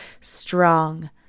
strong